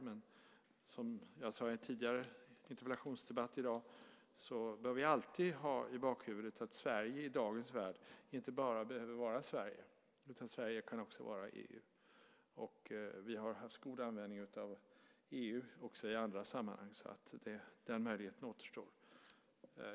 Men som jag sade i en tidigare interpellationsdebatt i dag bör vi alltid ha i bakhuvudet att Sverige i dagens värld inte bara behöver vara Sverige. Sverige kan också vara EU. Vi har haft god användning av EU också i andra sammanhang. Den möjligheten återstår.